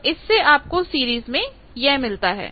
तो इससे आपको सीरीज में यह मिलता है